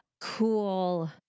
Cool